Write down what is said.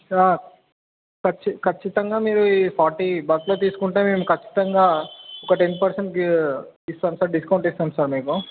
sir మీరు కచ్చి ఖచ్చితంగా మీరు ఫార్టీ బల్క్స్లో తీసుకుంటే మేము ఖచ్చితంగా ఒక టెన్ పర్సెంట్ ఇస్తాం సార్ డిస్కౌంట్ ఇస్తాం సార్ మీకు